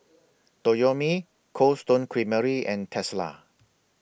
Toyomi Cold Stone Creamery and Tesla